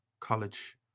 college